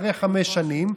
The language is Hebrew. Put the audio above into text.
אחרי חמש שנים,